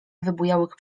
wybujałych